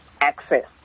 access